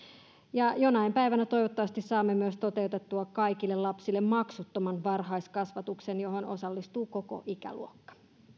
ja jonain päivänä toivottavasti saamme myös toteutettua kaikille lapsille maksuttoman varhaiskasvatuksen johon osallistuu koko ikäluokka